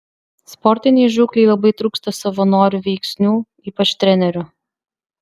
sportinei žūklei labai trūksta savanorių veiksnių ypač trenerių